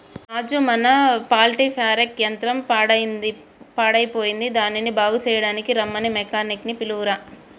రాజు మన కల్టిప్యాకెర్ యంత్రం పాడయ్యిపోయింది దానిని బాగు సెయ్యడానికీ రమ్మని మెకానిక్ నీ పిలువురా